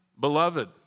beloved